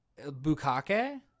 Bukake